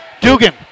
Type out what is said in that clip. Dugan